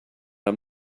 i’m